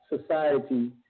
society